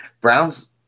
Browns